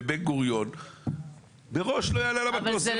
כאן בבן גוריון, מראש לא יעלה על המטוס.